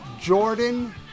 Jordan